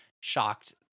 shocked